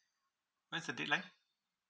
when is the dateline